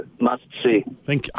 must-see